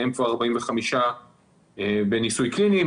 מהם כבר 45 בניסוי קליני,